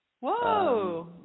Whoa